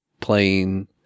playing